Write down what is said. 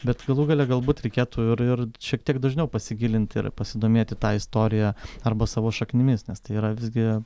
bet galų gale galbūt reikėtų ir ir šiek tiek dažniau pasigilinti ir pasidomėti ta istorija arba savo šaknimis nes tai yra visgi